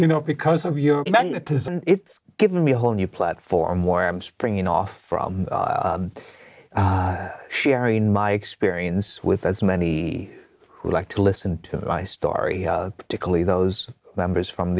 you know because of your position it's given me a whole new platform where i'm springing off from sharing my experience with as many who like to listen to my story particularly those members from